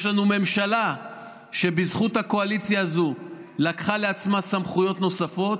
יש לנו ממשלה שבזכות הקואליציה הזאת לקחה לעצמה סמכויות נוספות.